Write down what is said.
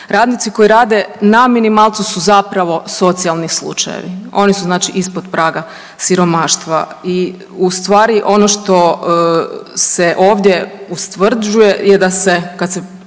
Radnici koji rade na minimalcu su zapravo socijalni slučajevi, oni su znači ispod praga siromaštva i ustvari ono što se ovdje ustvrđuje je da se kad se